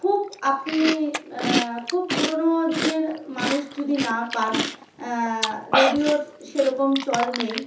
খুব আপনি খুব পুরনো দিনের মানুষ যদি না পান রেডিওর সেরকম চল নেই